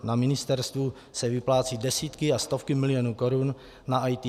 Na ministerstvu se vyplácí desítky a stovky milionů korun na IT.